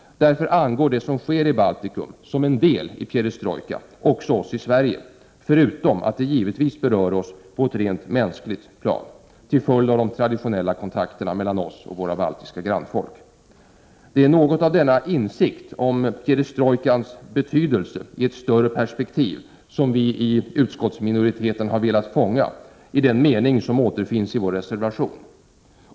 Därför angår det som sker i Baltikum som en del i perestrojkan också oss i Sverige, förutom att det givetvis berör oss på ett rent mänskligt plan, till följd av de traditionella kontakterna mellan oss och våra baltiska grannfolk. Det är något av denna insikt om perestrojkans betydelse i ett större perspektiv som vi inom utskottsminoriteten har velat fånga i den mening som återfinns i vår reservation.